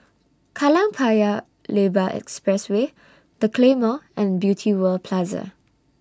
Kallang Paya Lebar Expressway The Claymore and Beauty World Plaza